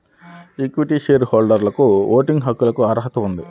equity share హోల్డర్లకుఓటింగ్ హక్కులకుఅర్హత ఉంది